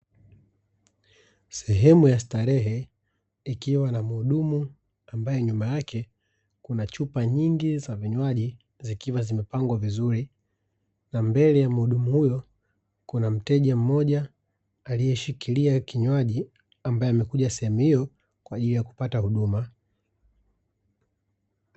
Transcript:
Sehemu ya starehe ikiwa na mhudumu ambaye nyuma yake kuna chupa nyingi za vinywaji zikiwa zimepangwa vizuri, na mbele ya mhudumu huyo kuna mteja mmoja aliyeshikilia kinywaji ambaye amekuja sehemu hiyo kwa ajili ya kupata huduma.